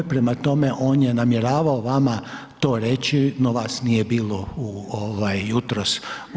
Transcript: Prema tome, on je namjeravao vama to reći no vas nije bilo jutros